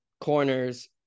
corners